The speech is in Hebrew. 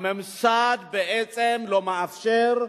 הממסד לא מאפשר,